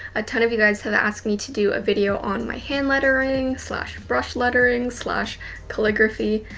a ton of you guys have asked me to do a video on my hand lettering slash brush lettering, slash calligraphy.